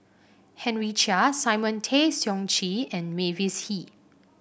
Henry Chia Simon Tay Seong Chee and Mavis Hee